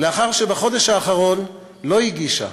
לאחר שבחודש האחרון לא הגישה